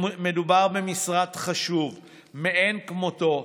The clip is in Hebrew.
מדובר במשרד חשוב מאין כמותו,